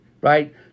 right